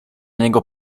niego